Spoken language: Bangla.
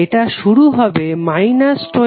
এটা শুরু হবে 206i110i24i20